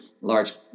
large